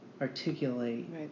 articulate